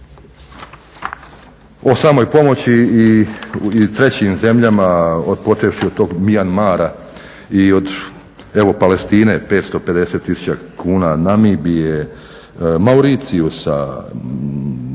O samoj pomoći i u trećim zemljama od, počevši od tog Mjanmara i od evo Palestine, 550 tisuća kuna namibije, Mauritiusa, Afganistana